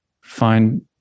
find